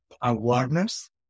awareness